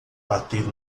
bater